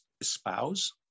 espouse